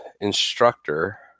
Instructor